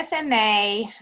SMA